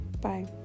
Bye